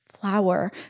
flower